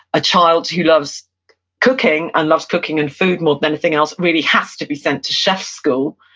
a child who loves cooking, and loves cooking and food more than anything else really has to be sent to chef school,